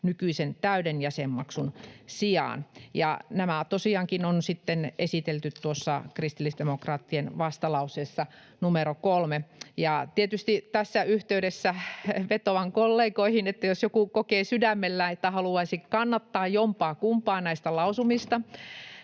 nykyisen täyden jäsenmaksun sijaan.” Nämä tosiaankin on sitten esitelty tuossa kristillisdemokraattien vastalauseessa numero 3. Tietysti tässä yhteydessä vetoan kollegoihin, että jos joku kokee sydämellään, että haluaisi kannattaa jompaakumpaa näistä lausumista,